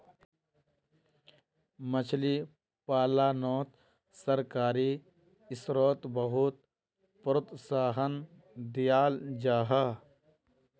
मछली पालानोत सरकारी स्त्रोत बहुत प्रोत्साहन दियाल जाहा